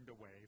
away